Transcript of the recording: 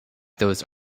those